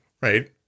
right